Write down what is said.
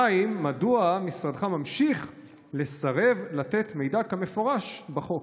2. מדוע משרדך ממשיך לסרב לתת מידע כמפורש בחוק?